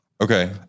Okay